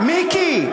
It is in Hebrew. מיקי,